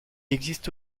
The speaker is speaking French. existe